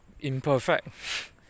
imperfect